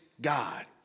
God